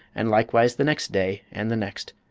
and likewise the next day, and the next.